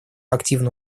активно